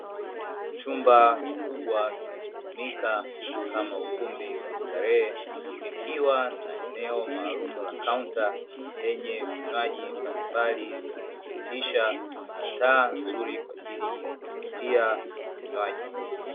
Chumba kikubwa kinachotumika kama ukumbi wa starehe, kikiwa na eneo maalumu la kaunta lenye vinywaji mbalimbali vya kujiburudirisha, na taa nzuri kwaajili ya kumvutia mnywaji.